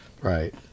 Right